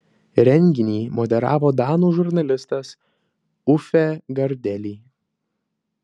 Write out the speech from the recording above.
renginį moderavo danų žurnalistas uffe gardeli